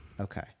Okay